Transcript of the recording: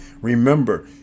remember